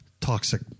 toxic